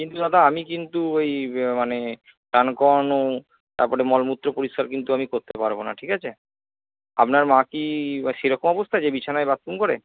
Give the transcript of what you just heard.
কিন্তু দাদা আমি কিন্তু ওই মানে চান করানো তারপর মলমূত্র পরিষ্কার কিন্তু আমি করতে পারব না ঠিক আছে আপনার মা কি সেরকম অবস্থা যে বিছানায় বাথরুম করে